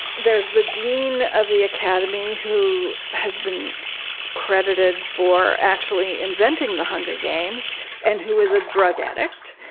there's the dean of the academy who has been credited for actually inventing the hunger games and who is a drug addict.